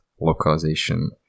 localization